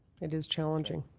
it is challenging.